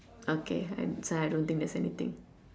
okay I so I don't think there is anything